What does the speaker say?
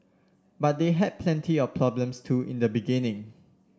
but they had plenty of problems too in the beginning